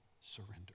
surrender